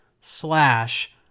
slash